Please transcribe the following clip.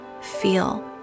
feel